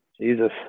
Jesus